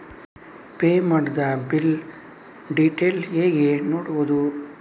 Pay ಮಾಡಿದ bill detail ಹೇಗೆ ನೋಡುವುದು?